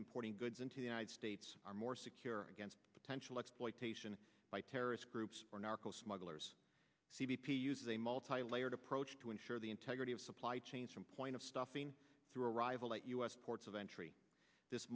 importing goods into the united states are more secure against potential exploitation by terrorist groups or narco smugglers c b p uses a multilayered approach to ensure the integrity of supply chains from point of stuffing through arrival at u s ports of entry this